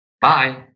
Bye